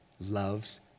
loves